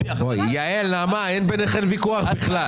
יעל, נעמה, אין ביניכן ויכוח בכלל.